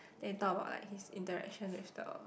then they talk about like his interaction with the